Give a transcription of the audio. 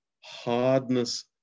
hardness